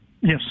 Yes